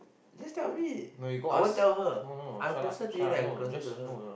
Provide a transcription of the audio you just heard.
just tell me I won't tell her I'm closer to you than I'm closer to her